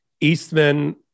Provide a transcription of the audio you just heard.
Eastman